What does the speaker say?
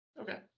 Okay